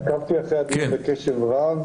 עקבתי אחרי הדיון בקשב רב.